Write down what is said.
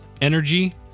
energy